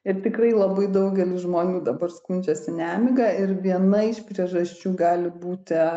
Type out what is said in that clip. ir tikrai labai daugelis žmonių dabar skundžiasi nemiga ir viena iš priežasčių gali būti